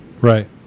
Right